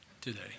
today